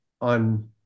on